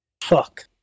Fuck